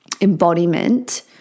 embodiment